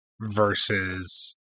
versus